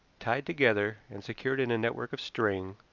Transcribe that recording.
tied together, and secured in a network of string,